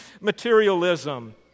materialism